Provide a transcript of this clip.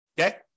Okay